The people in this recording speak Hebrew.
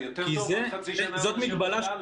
יותר טוב חצי שנה מאשר בכלל לא.